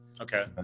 Okay